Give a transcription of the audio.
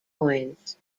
coins